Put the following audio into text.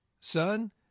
son